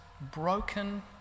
broken